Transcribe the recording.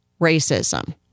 racism